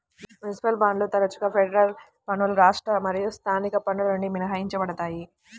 municipal బాండ్లు తరచుగా federal పన్నులు రాష్ట్ర మరియు స్థానిక పన్నుల నుండి మినహాయించబడతాయి